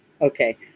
okay